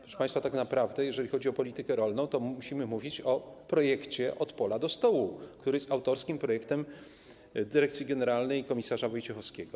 Proszę państwa, tak naprawdę jeżeli chodzi o politykę rolną, to musimy mówić o projekcie: od pola do stołu, który jest autorskim projektem dyrekcji generalnej i komisarza Wojciechowskiego.